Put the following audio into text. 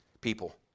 people